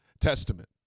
Testament